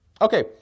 Okay